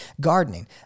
gardening